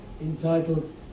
entitled